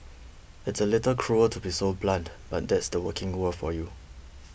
it's a little cruel to be so blunt but that's the working world for you